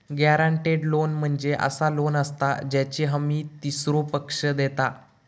guaranteed loan म्हणजे असा loan असता ज्याची हमी तीसरो पक्ष देता